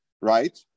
Right